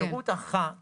אפשרות אחת